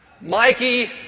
Mikey